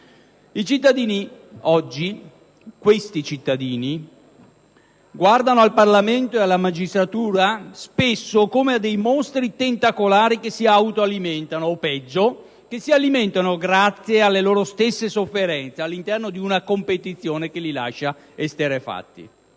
I cittadini oggi, questi cittadini, guardano al Parlamento e alla magistratura come a dei mostri tentacolari che si autoalimentano o, peggio, che si alimentano grazie alle loro stesse sofferenze, all'interno di una competizione che li lascia esterrefatti.